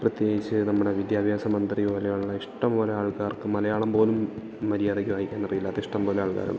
പ്രത്യേകിച്ച് നമ്മുടെ വിദ്യാഭ്യാസ മന്ത്രി പോലെയുള്ള ഇഷ്ടം പോലെ ആൾക്കാർക്ക് മലയാളം പോലും മര്യാദയ്ക്ക് വായിക്കാൻ അറിയില്ലാത്ത ഇഷ്ടം പോലെ ആൾക്കാരുണ്ട്